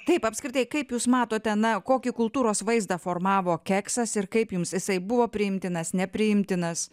taip apskritai kaip jūs matote na kokį kultūros vaizdą formavo keksas ir kaip jums jisai buvo priimtinas nepriimtinas